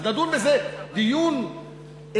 אז נדון בזה דיון אזרחי,